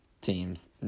teams